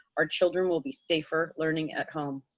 our children will be safer learning at home.